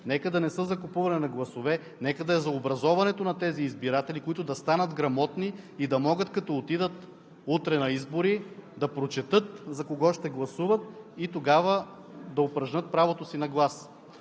нека да не са за купуване на гласове, нека да е за образоването на тези избиратели, които да станат грамотни и да могат, като отидат утре на избори, да прочетат за кого ще гласуват и тогава да упражнят правото си на глас.